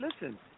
Listen